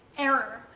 error,